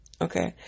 Okay